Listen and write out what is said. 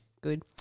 good